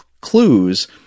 clues